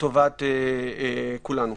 לטובת כולנו.